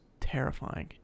terrifying